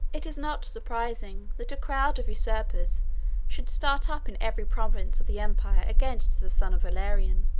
it is not surprising, that a crowd of usurpers should start up in every province of the empire against the son of valerian.